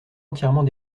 entièrement